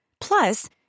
Plus